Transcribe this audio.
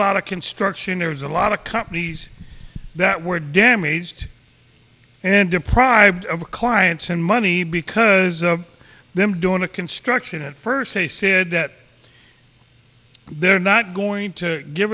lot of construction there's a lot of companies that were damaged and deprived of clients and money because of them doing the construction and first they said that they're not going to give